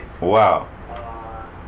Wow